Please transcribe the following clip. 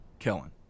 kellen